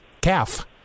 calf